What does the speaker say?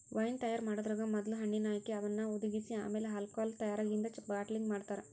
wine ತಯಾರ್ ಮಾಡೋದ್ರಾಗ ಮೊದ್ಲ ಹಣ್ಣಿನ ಆಯ್ಕೆ, ಅವನ್ನ ಹುದಿಗಿಸಿ ಆಮೇಲೆ ಆಲ್ಕೋಹಾಲ್ ತಯಾರಾಗಿಂದ ಬಾಟಲಿಂಗ್ ಮಾಡ್ತಾರ